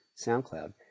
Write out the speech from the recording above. SoundCloud